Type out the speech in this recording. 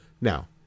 Now